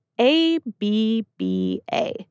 A-B-B-A